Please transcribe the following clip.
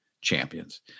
champions